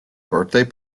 birthday